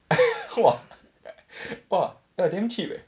!wah! !wah! damn cheap eh